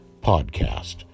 podcast